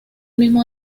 mismo